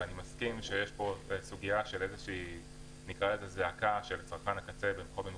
ואני מסכים שיש פה זעקה של צרכן הקצה בכל מיני מקומות.